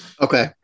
Okay